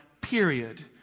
period